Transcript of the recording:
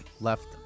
left